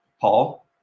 Paul